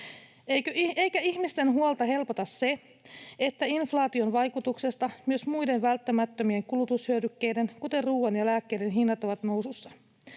Eikä ihmisten huolta helpota se, että inflaation vaikutuksesta myös muiden välttämättömien kulutushyödykkeiden, kuten ruoan ja lääkkeiden, hinnat ovat nousussa.